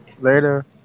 Later